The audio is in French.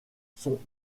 son